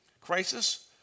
Crisis